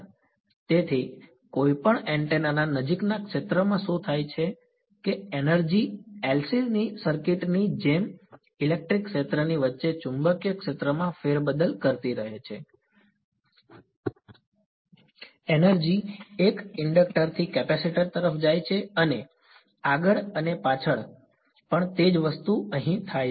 તેથી કોઈપણ એન્ટેના ના નજીકના ક્ષેત્રમાં શું થાય છે કે એનર્જી LC સર્કિટ ની જેમ ઇલેક્ટ્રિક ક્ષેત્રની વચ્ચે ચુંબકીય ક્ષેત્રમાં ફેરબદલ કરતી રહે છે એનર્જી એક ઇન્ડક્ટર થી કેપેસિટર તરફ જાય છે અને આગળ અને પાછળ પણ તે જ વસ્તુ અહીં થાય છે